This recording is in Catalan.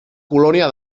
colònia